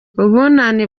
ubunani